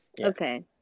Okay